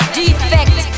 defect